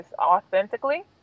authentically